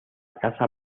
casa